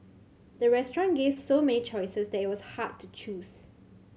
the restaurant gave so many choices that it was hard to choose